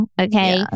okay